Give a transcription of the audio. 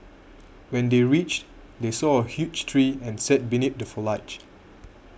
when they reached they saw a huge tree and sat beneath the foliage